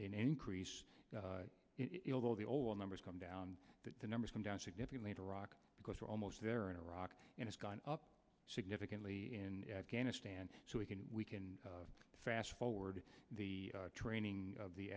increased it although the whole numbers come down the numbers come down significantly in iraq because we're almost there in iraq and it's gone up significantly in afghanistan so we can we can fast forward the training of the